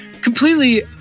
completely